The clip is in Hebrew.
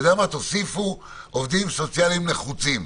תוסיפו "עובדים סוציאליים נחוצים"